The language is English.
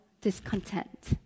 discontent